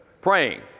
Praying